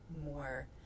more